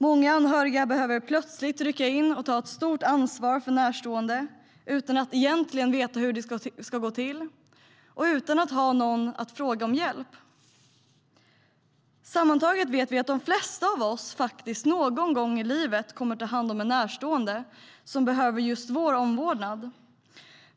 Många anhöriga behöver plötsligt rycka in och ta ett stort ansvar för närstående, utan att egentligen veta hur det ska gå till och utan att ha någon att fråga om hjälp. Sammantaget vet vi att de flesta av oss, någon gång i livet, kommer att ta hand om en närstående som behöver just vår omvårdnad.